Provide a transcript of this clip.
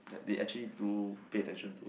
they actually do pay attention to